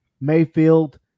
Mayfield